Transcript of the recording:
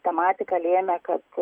tematika lėmė kad